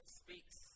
speaks